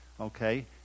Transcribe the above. okay